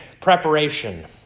preparation